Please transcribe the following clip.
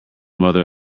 mother